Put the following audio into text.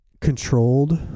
controlled